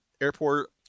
airport